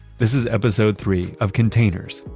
this is episode three of containers,